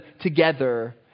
together